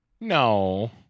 No